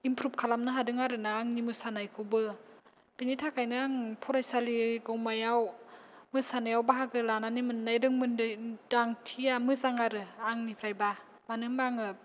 इम्प्रुभद खालामनो हादों आरो ना आंनि मोसानायखौबो बेनि थाखायनो आं फरायसालि गौमायाव मोसानायाव बाहागो लानानै मोननाय रोंमोन दांथिया मोजां आरो आंनिफ्रायबा मानो होनबा आङो